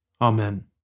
Amen